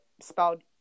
spelled